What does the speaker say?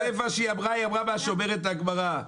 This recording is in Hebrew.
מה שהיא אמרה, היא אמרה מה שאומרת הגמרא.